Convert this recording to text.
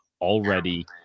already